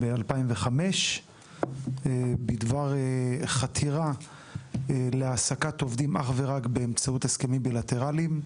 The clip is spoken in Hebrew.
ב-2005 בדבר חתירה להעסקת עובדים אך ורק באמצעות הסכמים בילטרליים.